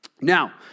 Now